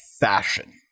fashion